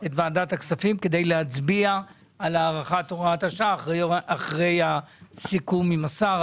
את ועדת הכספים כדי להצביע על הארכת הוראת השעה אחרי הסיכום עם השר.